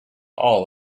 all